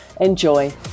Enjoy